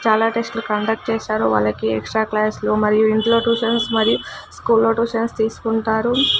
చాలా టెస్ట్లు కండక్ట్ చేస్తారు వాళ్ళకి ఎక్స్ట్రా క్లాస్లు మరియు ఇంట్లో ట్యూషన్స్ మరియు స్కూల్లో ట్యూషన్స్ తీసుకుంటారు